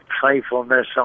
playfulness